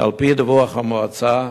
שעל-פי דיווח המועצה,